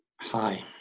hi